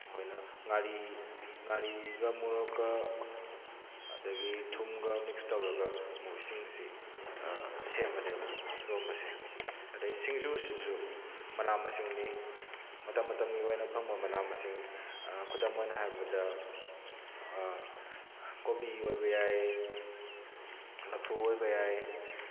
ꯑꯩꯈꯣꯏꯅ ꯉꯥꯔꯤ ꯉꯥꯔꯤꯒ ꯃꯣꯔꯣꯛꯀ ꯑꯗꯨꯗꯒꯤ ꯊꯨꯝꯒ ꯃꯤꯛꯁ ꯇꯧꯔꯒ ꯃꯣꯏꯁꯤꯡ ꯑꯁꯤ ꯁꯦꯝꯕꯅꯦꯕ ꯏꯔꯣꯟꯕꯁꯦ ꯑꯗꯨꯗꯩ ꯁꯤꯡꯖꯨꯑꯁꯤꯁꯨ ꯃꯅꯥ ꯃꯁꯤꯡꯅꯤ ꯃꯇꯝ ꯃꯇꯝꯒꯤ ꯑꯣꯏꯅ ꯐꯪꯕ ꯃꯅꯥ ꯃꯁꯤꯡ ꯈꯨꯗꯝ ꯑꯣꯏꯅ ꯍꯥꯏꯔꯕꯗ ꯀꯣꯕꯤ ꯑꯣꯏꯕ ꯌꯥꯏ ꯂꯐꯨ ꯑꯣꯏꯕ ꯌꯥꯏ